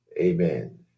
Amen